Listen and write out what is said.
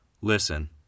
Listen